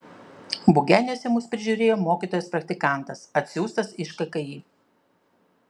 bugeniuose mus prižiūrėjo mokytojas praktikantas atsiųstas iš kki